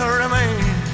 remain